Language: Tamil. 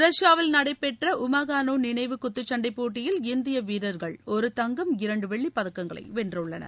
ரஷ்பாவில் நடைபெற்ற உமாகானோவ் நினைவு குத்துச்சண்டைப் போட்டியில் இந்திய வீரர்கள் ஒரு தங்கம் இரண்டு வெள்ளிப் பதக்கங்களை வென்றுள்ளனர்